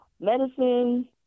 medicine